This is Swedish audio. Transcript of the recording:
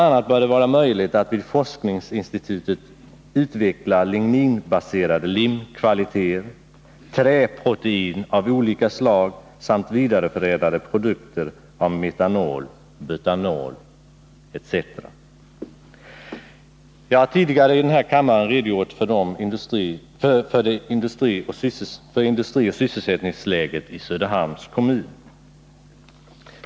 a. bör det vara möjligt att vid forskningsinstitutet utveckla ligninbaserade limkvaliteter, träprotein av Jag har tidigare här i kammaren redogjort för industrioch sysselsättningsläget i Söderhamns kommun.